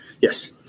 Yes